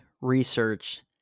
research